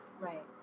Right